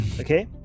okay